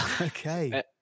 Okay